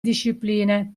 discipline